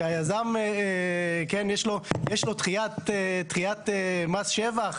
יש לו דחיית מס שבח.